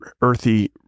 earthy